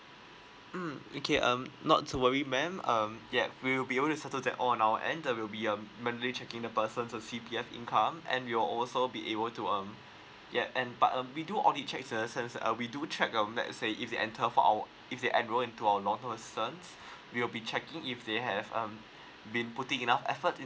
mm okay um not to worry ma'am um yup we'll be only to settle that on our end the will be um manually checking the person's C_P_F income and you're also be able to um yet and but uh we do audit checks uh we do check um let say if the enter for our if they enroll into our long we'll be checking if they have um been putting enough effort